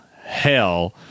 hell